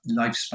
lifespan